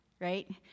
right